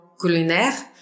culinaire